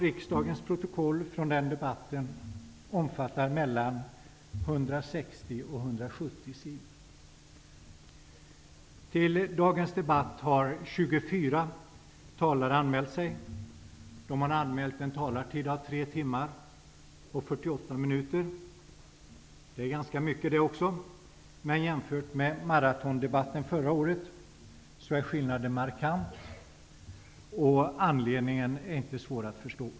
Riksdagens protokoll från den debatten omfattar mellan 160 och 170 sidor. Till dagens debatt har 24 talare anmält sig. De har anmält en talartid på 3 timmar och 48 minuter. Det är ganska mycket det också, men jämfört med maratondebatten förra året är skillnaden markant. Anledningen till det är inte svår att förstå.